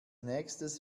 nächstes